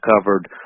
covered